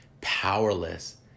powerless